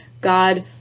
God